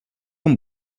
amb